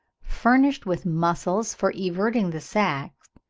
furnished with muscles for everting the sack,